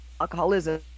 alcoholism